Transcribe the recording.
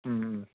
Om Om